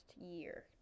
year